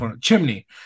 chimney